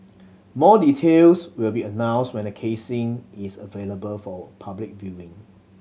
more details will be announced when the casing is available for public viewing